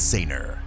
Sainer